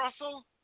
Russell